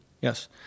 yes